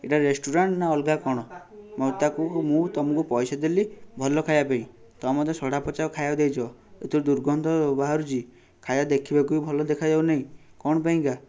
ଏଇଟା ରେଷ୍ଟୁରାଣ୍ଟ ନାଁ ଅଲଗା କ'ଣ ମୋର ତାକୁ ମୁଁ ତୁମକୁ ପଇସା ଦେଲି ଭଲ ଖାଇବା ପାଇଁ ତୁମେ ମୋତେ ସଢ଼ା ପଚା ଖାଇବାକୁ ଦେଇଛ ଏଥିରୁ ଦୁର୍ଗନ୍ଧ ବାହାରୁଛି ଖାଇବା ଦେଖିବାକୁ ବି ଭଲ ଦେଖାଜାଉ ନାହିଁ କ'ଣ ପାଇଁକା